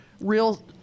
real